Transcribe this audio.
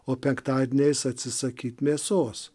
o penktadieniais atsisakyti mėsos